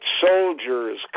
soldiers